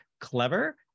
clever